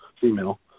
female